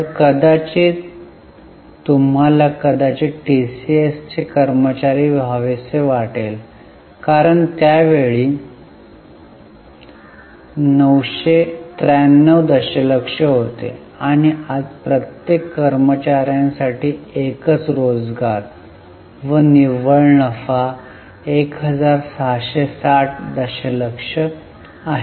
तर कदाचित तुम्हाला कदाचित टीसीएसचे कर्मचारी व्हावेसे वाटेल कारण त्यावेळी 993 दशलक्ष होते आणि आज प्रत्येक कर्मचार्यांसाठी एकच रोजगार व निव्वळ नफा 1660 दशलक्ष आहे